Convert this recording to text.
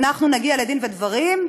אנחנו נגיע לדין ודברים.